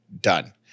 Done